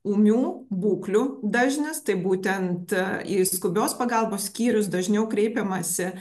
ūmių būklių dažnis tai būtent į skubios pagalbos skyrius dažniau kreipiamasi